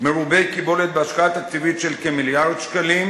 מרובי קיבולת בהשקעה תקציבית של כמיליארד שקלים,